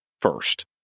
first